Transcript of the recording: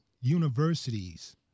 universities